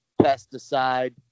pesticide